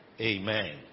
Amen